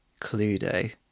Cluedo